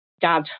Dad